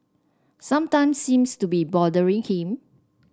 some time seems to be bothering him